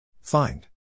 Find